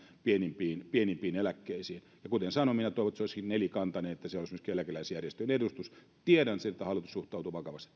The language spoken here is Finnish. näihin pienimpiin eläkkeisiin ja kuten sanoin minä toivon että se olisikin nelikantainen että siellä olisi myöskin eläkeläisjärjestöjen edustus tiedän sen että hallitus suhtautuu vakavasti